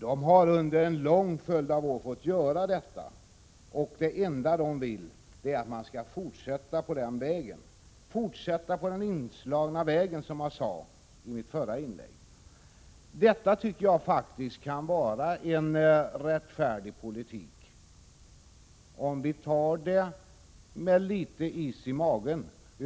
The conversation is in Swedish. De har under en lång följd av år fått göra det, och det enda de vill är att fortsätta på den vägen — på den inslagna vägen, som jag sade i mitt förra inlägg. Detta kan faktiskt vara en rättfärdig politik, om vi har litet is i magen.